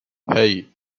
hey